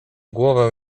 głowę